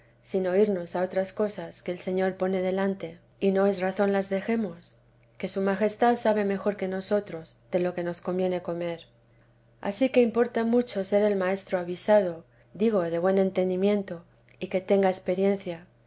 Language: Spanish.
sino irnos a otras cosas que el señor pone delante y no es razón las dejemos que su majestad sabe mejor que nosotros de lo que nos conviene comer ansí que importa mucho ser el maestro avisado digo de buen entendimiento y que tenga experiencia